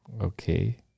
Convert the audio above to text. okay